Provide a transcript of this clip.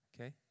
Okay